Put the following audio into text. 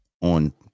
on